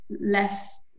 less